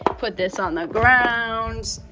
put this on the ground,